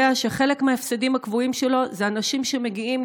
שחלק מההפסדים הקבועים שלו זה אנשים שמגיעים,